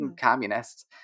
communists